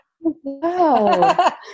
Wow